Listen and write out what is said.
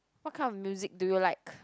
what kind of music do you like